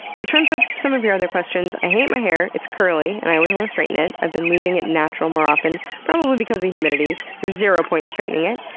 in terms of some of your other questions i hate my hair it's curly and i always want to straighten it. i've been leaving it natural more often, probably because of humidity. there's zero point in straightening it.